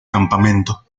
campamento